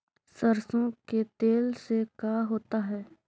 सरसों के तेल से का होता है?